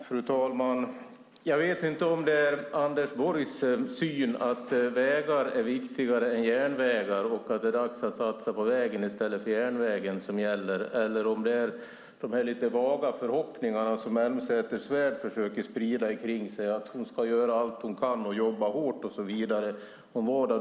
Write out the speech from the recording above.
Fru talman! Jag vet inte om det är Anders Borgs syn att vägar är viktigare än järnvägar och att det är dags att satsa på vägen i stället för järnvägen som gäller eller om det är de lite vaga förhoppningar som Elmsäter-Svärd försöker sprida omkring sig, att hon ska göra allt hon kan, jobba hårt och så vidare.